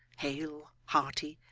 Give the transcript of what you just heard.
hale, hearty,